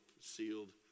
sealed